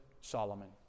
Solomon